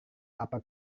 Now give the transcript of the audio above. apa